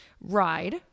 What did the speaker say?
ride